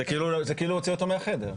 זה כאילו הוציא אותו מהחדר.